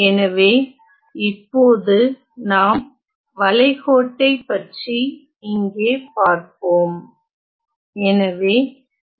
எனவே இப்போது நாம் வளைக்கோட்டை பற்றி இங்கே பார்ப்போம்